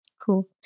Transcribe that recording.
Cool